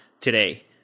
today